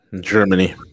Germany